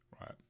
right